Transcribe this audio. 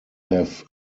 have